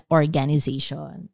organization